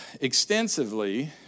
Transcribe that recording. extensively